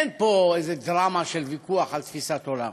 אין פה דרמה של ויכוח על תפיסת עולם.